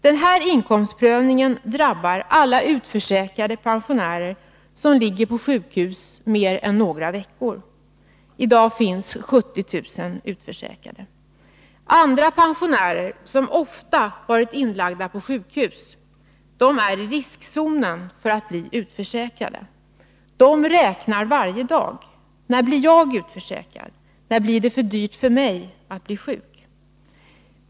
Den här inkomstprövningen drabbar alla utförsäkrade pensionärer som ligger på sjukhus mer än några veckor. I dag finns 70 000 utförsäkrade. Andra pensionärer, som ofta varit inlagda på sjukhus, är i riskzonen för att bli utförsäkrade. De räknar varje dag. När blir jag utförsäkrad? När blir det för dyrt för mig att bli sjuk?